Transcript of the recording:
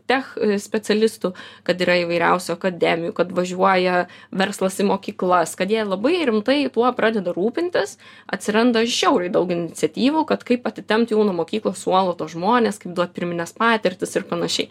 tech specialistų kad yra įvairiausių akademijų kad važiuoja verslas į mokyklas kad jie labai rimtai tuo pradeda rūpintis atsiranda žiauriai daug iniciatyvų kad kaip atitempt jau nuo mokyklos suolo tuos žmones kaip duot pirmines patirtis ir panašiai